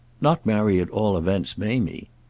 not marry at all events mamie.